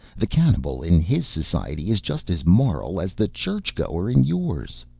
the cannibal in his society is just as moral as the churchgoer in yours.